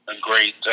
great